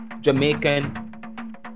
Jamaican